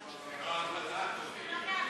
מאחור, מאיר,